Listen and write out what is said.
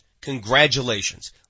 Congratulations